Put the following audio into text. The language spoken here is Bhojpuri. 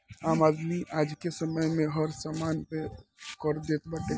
आम आदमी आजके समय में हर समान पे कर देत बाटे